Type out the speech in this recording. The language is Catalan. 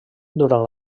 durant